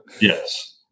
Yes